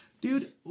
Dude